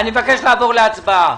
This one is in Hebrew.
אני מבקש לעבור להצבעה.